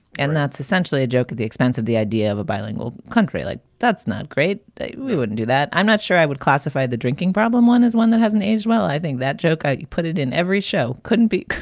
and that's essentially a joke at the expense of the idea of a bilingual country. like, that's not great. we wouldn't do that. i'm not sure i would classify the drinking problem. one is one that hasn't aged. well, i think that joke. you put it in every show. couldn't be.